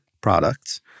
products